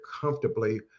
comfortably